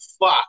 fuck